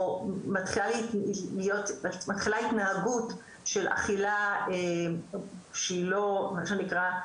או מתחילה התנהגות של אכילה שהיא לא מה שנקרא,